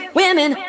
women